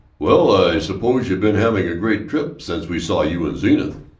well, i suppose you been having a great trip since we saw you in zenith.